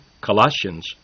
Colossians